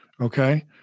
Okay